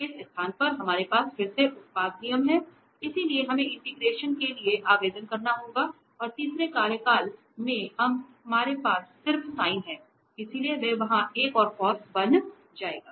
इसलिए इस स्थान पर हमारे पास फिर से उत्पाद नियम है इसलिए हमें इंटिग्रेशन के लिए आवेदन करना होगा और तीसरे कार्यकाल में हमारे पास सिर्फ sin है इसलिए वह वहां एक और cos बन जाएगा